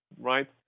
right